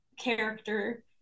character